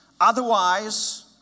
otherwise